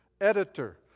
editor